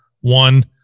one